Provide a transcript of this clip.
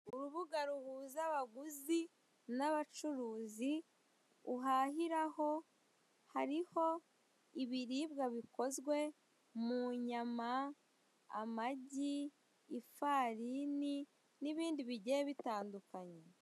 Urubuga ruhuza abaguzi na abacuruzi uhahiraho, hariho ibiribwa bikozwe mu nyama, amagi, ifarini nibindi bigiye bitandukanye.